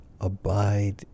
abide